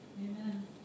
Amen